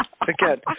again